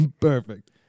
Perfect